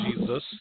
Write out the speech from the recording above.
Jesus